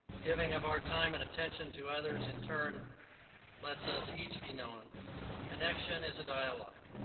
giving of our time and attention to others in turn lets us each be known connection is a dialogue.